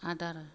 आदार